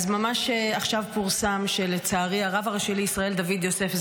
אז ממש עכשיו פורסם שלצערי הרב הראשי לישראל דוד יוסף,